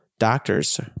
Doctors